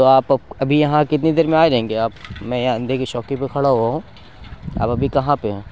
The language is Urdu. تو آپ ابھی یہاں کتنی دیر میں آجائیں گے آپ میں یہاں اندھے کی چوکی پہ کھڑا ہوا ہوں آپ ابھی کہاں پہ ہیں